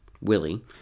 Willie